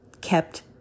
kept